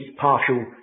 partial